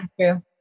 true